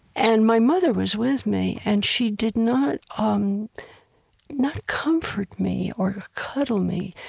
and my mother was with me. and she did not um not comfort me or cuddle me.